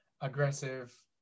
aggressive